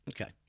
okay